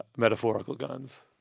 metaphorical guns.